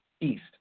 East